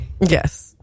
Yes